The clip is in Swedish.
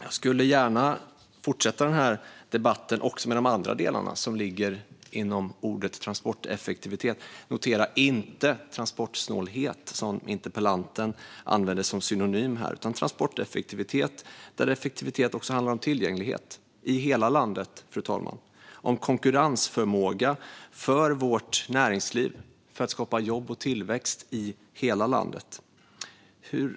Jag skulle gärna fortsätta denna debatt också med de andra delarna som ligger inom ordet transporteffektivitet. Notera att jag inte säger transportsnålhet, som interpellanten använde som synonym här. Transporteffektivitet handlar också om tillgänglighet i hela landet, och det handlar om konkurrensförmåga för vårt näringsliv för att skapa jobb och tillväxt i hela landet.